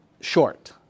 short